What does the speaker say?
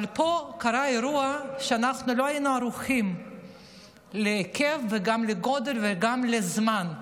אבל פה קרה אירוע שאנחנו לא היינו ערוכים להיקף וגם לגודל וגם לזמן.